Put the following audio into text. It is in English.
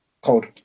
Cold